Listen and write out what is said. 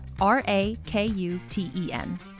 R-A-K-U-T-E-N